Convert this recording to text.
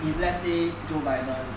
if let's say joe biden